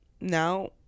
now